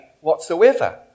whatsoever